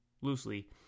loosely